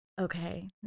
Okay